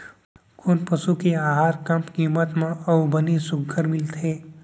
कोन पसु के आहार कम किम्मत म अऊ बने सुघ्घर मिलथे?